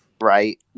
Right